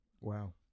Wow